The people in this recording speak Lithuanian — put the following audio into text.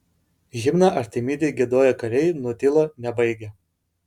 himną artemidei giedoję kariai nutilo nebaigę